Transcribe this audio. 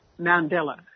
Mandela